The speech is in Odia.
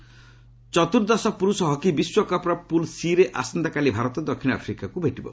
ହକି ଚତୁର୍ଦ୍ଦଶ ପୁରୁଷ ହକି ବିଶ୍ୱକପ୍ର ପୁଲ୍ ସି ରେ ଆସନ୍ତାକାଲି ଭାରତ ଦକ୍ଷିଣ ଆଫ୍ରିକାକୁ ଭେଟିବ